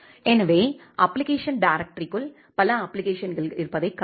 எனவே அப்ப்ளிகேஷன் டைரக்ட்ட்ரீற்குள் பல அப்ப்ளிகேஷன்கள் இருப்பதைக் காணலாம்